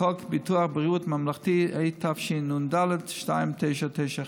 לחוק ביטוח בריאות ממלכתי, התשנ"ד 1992,